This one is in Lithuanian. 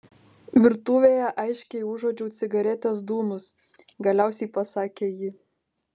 virtuvėje aiškiai užuodžiau cigaretės dūmus galiausiai pasakė ji